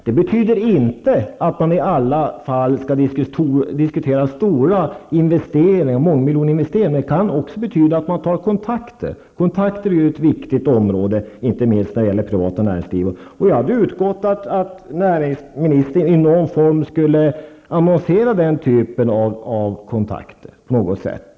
Det betyder inte att man i alla lägen skall diskutera mångmiljoninvesteringar -- det kan också betyda att man tar kontakter. Kontakter är ju viktiga, inte minst inom det privata näringslivet. Jag hade utgått från att näringsministern här skulle annonsera någon form av kontakter.